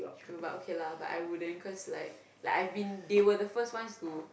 true but okay lah but I wouldn't cause like like I have been they were the first one school